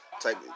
Type